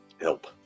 help